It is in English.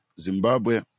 zimbabwe